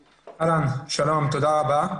שלום, תודה רבה.